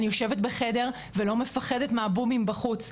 אני יושבת בחדר ולא מפחדת מהבומים בחוץ,